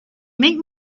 make